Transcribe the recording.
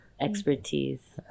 Expertise